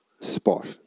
spot